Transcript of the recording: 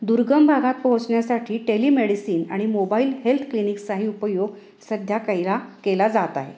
दुर्गम भागात पोहोचण्यासाठी टेलिमेडिसिन आणि मोबाईल हेल्थ क्लिनिक्सचाही उपयोग सध्या कैला केला जात आहे